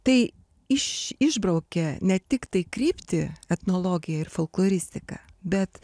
tai iš išbraukė ne tiktai krypti etnologija ir folkloristika bet